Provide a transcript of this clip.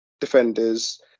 defenders